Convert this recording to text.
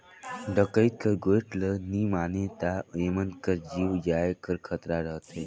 डकइत कर गोएठ ल नी मानें ता एमन कर जीव जाए कर खतरा रहथे